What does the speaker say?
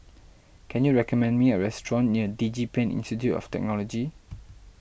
can you recommend me a restaurant near DigiPen Institute of Technology